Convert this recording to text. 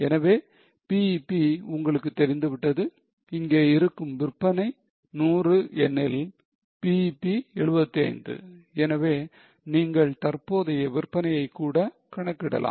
எனவே BEP உங்களுக்கு தெரிந்து விட்டது இங்கே இருக்கும் விற்பனை 100 எனில் BEP 75 எனவே நீங்கள் தற்போதைய விற்பனையை கூட கணக்கிடலாம்